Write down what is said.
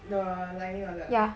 the lightning alert ah